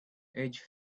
age